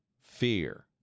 fear